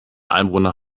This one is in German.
einwohner